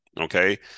okay